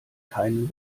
keinen